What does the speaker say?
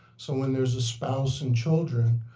so when there's a spouse and children,